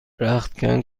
رختکن